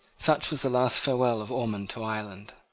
such was the last farewell of ormond to ireland.